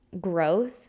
growth